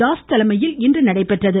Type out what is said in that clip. தாஸ் தலைமையில் இன்று நடைபெற்றது